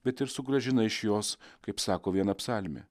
bet ir sugrąžina iš jos kaip sako viena psalmė